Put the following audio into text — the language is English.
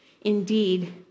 Indeed